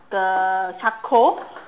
the charcoal